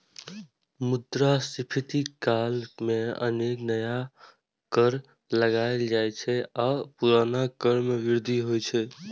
मुद्रास्फीति काल मे अनेक नया कर लगाएल जाइ छै आ पुरना कर मे वृद्धि होइ छै